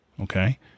Okay